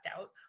out